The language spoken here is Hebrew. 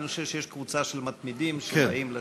אבל אני חושב שיש קבוצה של מתמידים שבאים לשיעורים.